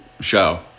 show